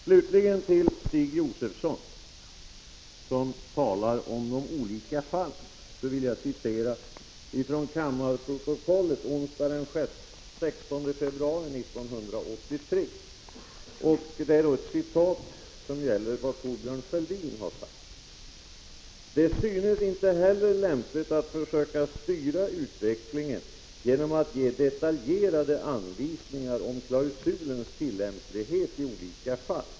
Slutligen till Stig Josefson, som talar om de olika fallen. Jag vill då citera kammarens protokoll för onsdagen den 16 februari 1983, där det återges vad Thorbjörn Fälldin anförde när han lade fram sitt förslag om generalklausul: ”Det synes inte heller lämpligt att försöka styra utvecklingen genom att ge detaljerade anvisningar om klausulens tillämplighet i olika fall.